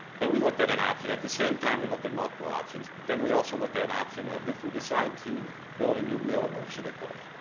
then we looked at an option, at the same time we looked at multiple options, but then we also looked at an option of if we decide to build a new mill, where should it go?